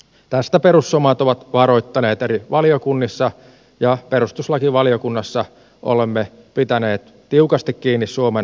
tästä perussuomalaiset ovat varoittaneet eri valiokunnissa ja perustuslakivaliokunnassa olemme pitäneet tiukasti kiinni suomen itsemääräämisoikeudesta